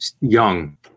Young